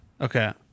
Okay